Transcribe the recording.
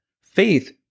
Faith